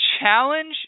challenge